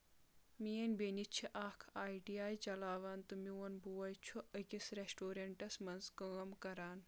میٲنۍ بیٚنہِ چھِ اکھ آی ٹی آی چلاوان تہٕ میون بوے چھُ أکِس ریسٹورنٛٹَس منٛز کٲم کران